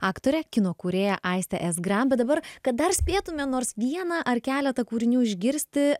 aktorė kino kūrėja aistė s gram bet dabar kad dar spėtumėme nors vieną ar keletą kūrinių išgirsti